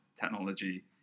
technology